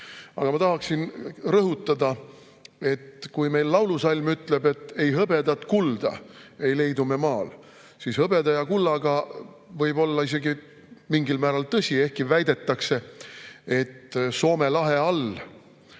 tahaksin rõhutada, et kuigi laulusalm ütleb, et ei hõbedat, kulda leidu me maal, siis hõbeda ja kulla puhul võib see olla isegi mingil määral tõsi – ehkki väidetakse, et Soome lahe all on ka